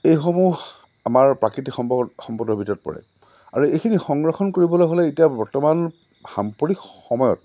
এইসমূহ আমাৰ প্ৰাকৃতিক সম্পদৰ ভিতৰত পৰে আৰু এইখিনি সংৰক্ষণ কৰিবলৈ হ'লে এতিয়া বৰ্তমান সাম্প্ৰতিক সময়ত